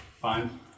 Fine